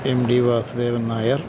M D Vasudevan Nair